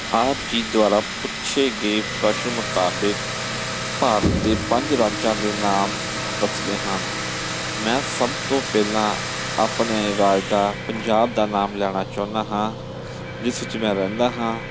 ਆਪ ਜੀ ਦੁਆਰਾ ਪੁੱਛੇ ਗਏ ਪ੍ਰਸ਼ਨ ਮੁਤਾਬਕ ਭਾਰਤ ਦੇ ਪੰਜ ਰਾਜਾਂ ਦੇ ਨਾਮ ਦੱਸਣੇ ਹਨ ਮੈਂ ਸਭ ਤੋਂ ਪਹਿਲਾਂ ਆਪਣੇ ਰਾਜ ਦਾ ਪੰਜਾਬ ਦਾ ਨਾਮ ਲੈਣਾ ਚਾਹੁੰਦਾ ਹਾਂ ਜਿਸ ਵਿੱਚ ਮੈਂ ਰਹਿੰਦਾ ਹਾਂ